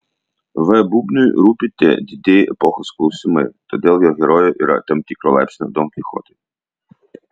v bubniui rūpi tie didieji epochos klausimai todėl jo herojai yra tam tikro laipsnio donkichotai